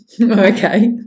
Okay